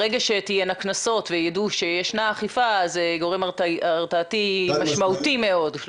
ברגע שיהיו קנסות וידעו שישנה אכיפה הגורם הוא הרתעתי משמעותי מאוד.